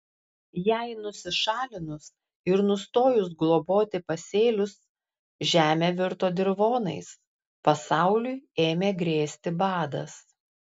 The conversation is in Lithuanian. jai nusišalinus ir nustojus globoti pasėlius žemė virto dirvonais pasauliui ėmė grėsti badas